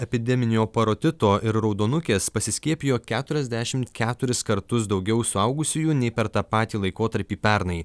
epideminio parotito ir raudonukės pasiskiepijo keturiasdešim keturis kartus daugiau suaugusiųjų nei per tą patį laikotarpį pernai